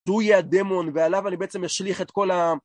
והוא יהיה הדמון ועליו אני בעצם אשליך את כל ה...